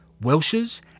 Welshers